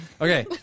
Okay